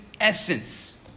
essence